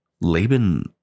Laban